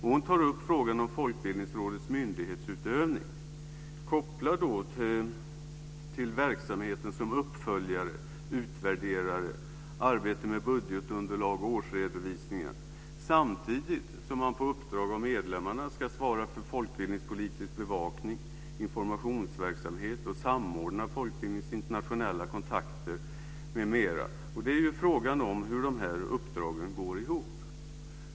Hon tar upp frågan om Folkbildningsrådets myndighetsutövning - kopplat till verksamheten som uppföljare och utvärderare samt till arbetet med budgetunderlag och årsredovisningar - samtidigt som man på uppdrag av medlemmarna ska svara för folkbildningspolitisk bevakning och informationsverksamhet och samordna folkbildningens internationella kontakter m.m. Frågan är ju hur de här uppdragen går ihop.